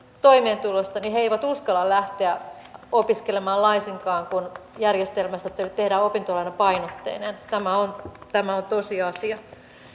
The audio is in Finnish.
toimeentulosta niin he eivät uskalla lähteä opiskelemaan laisinkaan kun järjestelmästä tehdään opintolainapainotteinen tämä on tämä on tosiasia